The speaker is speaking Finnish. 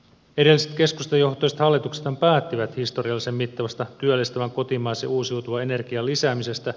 edelliset keskustajohtoiset hallituksethan päättivät historiallisen mittavasta työllistävän kotimaisen uusiutuvan energian lisäämisestä